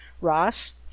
Ross